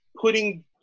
putting